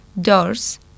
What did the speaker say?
doors